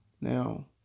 Now